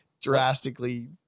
drastically